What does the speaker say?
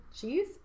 cheese